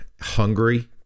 hungry